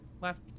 left